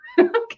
Okay